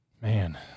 Man